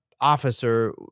officer